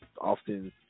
Often